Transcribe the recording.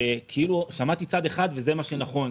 כאילו שמעתי צד וזה מה שנכון.